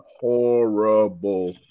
horrible